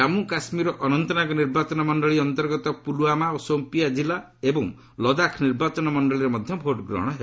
ଜନ୍ମୁ କାଶ୍ମୀରର ଅନନ୍ତନାଗ ନିର୍ବାଚନ ମଣ୍ଡଳୀ ଅନ୍ତର୍ଗତ ପୁଲ୍ୱାମା ଓ ସୋପିଆଁ ଜିଲ୍ଲା ଏବଂ ଲଦାଖ ନିର୍ବାଚନ ମଣ୍ଡଳୀରେ ମଧ୍ୟ ଭୋଟ୍ଗ୍ରହଣ ହେବ